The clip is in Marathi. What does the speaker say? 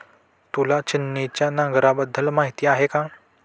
तुला छिन्नीच्या नांगराबद्दल माहिती आहे का?